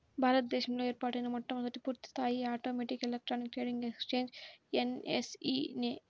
భారత దేశంలో ఏర్పాటైన మొట్టమొదటి పూర్తిస్థాయి automatic electronic trading exchange NSE నే